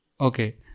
Okay